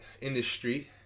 industry